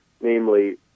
namely